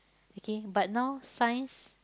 okay but now science